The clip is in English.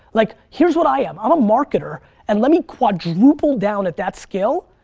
like, here's what i am, i'm a marketer and let me quadruple down at that skill,